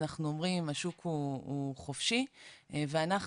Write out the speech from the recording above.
אנחנו אומרים השוק הוא חופשי ואנחנו,